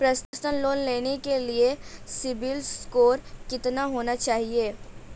Personal loan लेने के लिए सिबिल स्कोर कितना होना चाहिए?